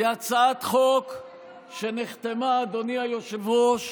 היא הצעת חוק שנחתמה, אדוני היושב-ראש,